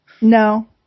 No